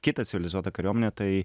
kitą civilizuotą kariuomenę tai